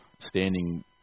standing